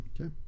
Okay